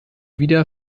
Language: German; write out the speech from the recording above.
wieder